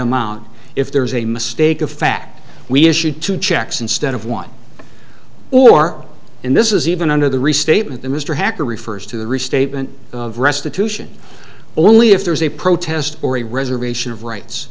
amount if there was a mistake of fact we issued two checks instead of one or and this is even under the restatement that mr hacker refers to the restatement of restitution only if there is a protest or a reservation of rights